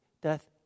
death